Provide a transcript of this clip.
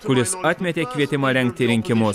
kuris atmetė kvietimą rengti rinkimus